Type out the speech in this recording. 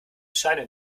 scheine